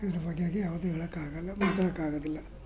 ಇದ್ರ ಬಗೆಗೆ ಯಾವುದು ಹೇಳೋಕ್ಕಾಗೋಲ್ಲ ಮಾತಾಡೋಕ್ಕಾಗೋದಿಲ್ಲ